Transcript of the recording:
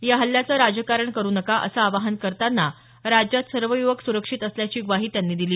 या हल्ल्याचं राजकारण करू नका असं आवाहन करताना राज्यात सर्व युवक सुरक्षित असल्याची ग्वाही त्यांनी दिली